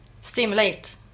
stimulate